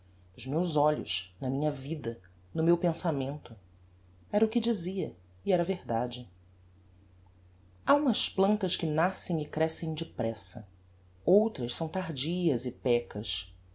nos meus olhos na minha vida no meu pensamento era o que dizia e era verdade ha umas plantas que nascem e crescem depressa outras são tardias e pecas